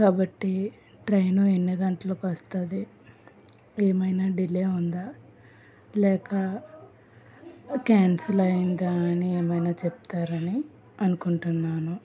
కాబట్టి ట్రైను ఎన్ని గంటలకు వస్తుంది ఏమైనా డిలే ఉందా లేక కాన్సిల్ అయ్యిందా అని ఏమైనా చెప్తారు అని అనుకుంటున్నాను